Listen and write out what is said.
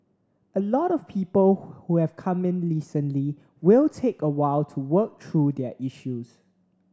a lot of people who have come in recently will take a while to work through their issues